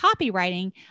copywriting